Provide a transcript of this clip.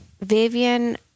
Vivian